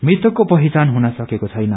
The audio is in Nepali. मृतकको पहिचान हुन सकेको छैन